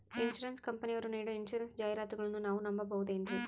Insurance ಕಂಪನಿಯರು ನೀಡೋ insurance ಜಾಹಿರಾತುಗಳನ್ನು ನಾವು ನಂಬಹುದೇನ್ರಿ?